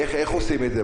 איך עושים את זה?